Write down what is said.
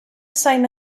same